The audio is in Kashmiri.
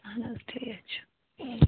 اَہَن حظ ٹھیٖک چھُ